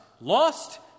Lost